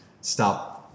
stop